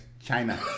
China